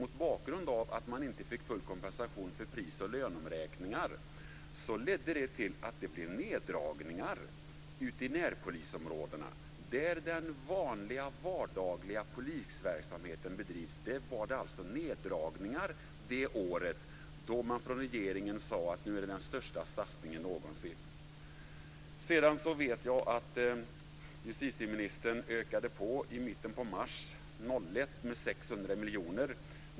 Mot bakgrund av att de inte fick full kompensation för pris och löneomräkningar ledde det till att det blev neddragningar i närpolisområdena. Där den vanliga vardagliga polisverksamheten bedrivs blev det alltså neddragningar det år då regeringen sade att det var den största satsningen någonsin. Jag vet att justitieministern i mitten på mars 2001 ökade på med 600 miljoner.